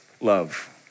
love